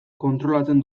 kontrolatzen